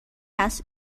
است